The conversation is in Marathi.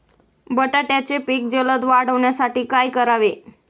बटाट्याचे पीक जलद वाढवण्यासाठी काय करावे?